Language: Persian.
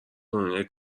دنیای